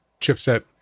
chipset